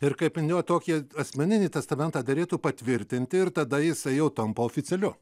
ir kaip ant jo tokį asmeninį testamentą derėtų patvirtinti ir tada jisai jau tampa oficialiu